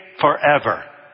forever